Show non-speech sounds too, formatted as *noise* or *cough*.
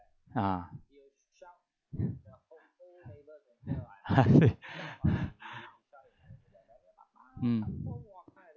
ah *laughs* mm